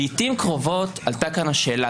לעתים קרובות עלתה כאן השאלה,